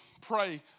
pray